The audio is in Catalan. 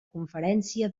conferència